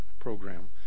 Program